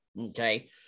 okay